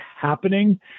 happening